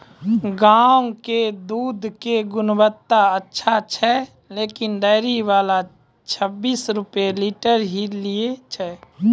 गांव के दूध के गुणवत्ता अच्छा छै लेकिन डेयरी वाला छब्बीस रुपिया लीटर ही लेय छै?